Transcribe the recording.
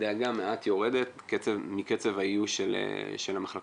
הדאגה מעט יורדת מקצב האיוש של המחלקות